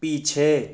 पीछे